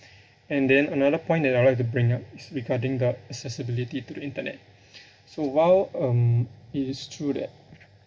and then another point that I would like to bring up is regarding the accessibility to the internet so while um it is true that